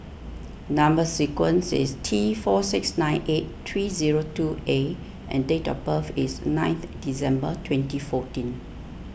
Number Sequence is T four six nine eight three zero two A and date of birth is ninth December twenty fourteen